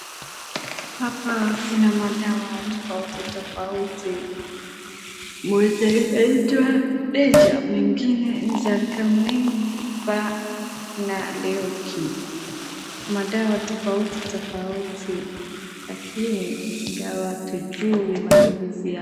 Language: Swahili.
Hapa kuna madawa tofauti tofauti, moja inaitwa Deja ingine Nzegame na LEoke. Madawa tofauti tofauti lakini ingawa hatujui matumizi yake.